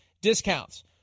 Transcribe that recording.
discounts